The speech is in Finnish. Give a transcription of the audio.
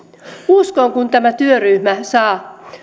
uskon kun tämä työryhmä saa